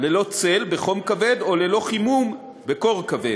ללא צל בחום כבד או ללא חימום בקור כבד.